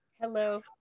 Hello